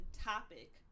topic